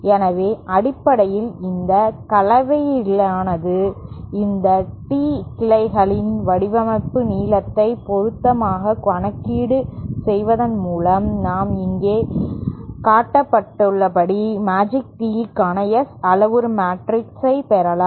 எனவே அடிப்படையில் இதன் கலவையினாலும் இந்த டீ கிளைகளின் வடிவமைப்பு நீளத்தை பொருத்தமாக கணக்கிடு செய்வதன் மூலமும் நாம் இங்கே காட்டப்பட்டுள்ளபடி மேஜிக் டீக்கான S அளவுரு மேட்ரிக்ஸ் ஐ பெறலாம்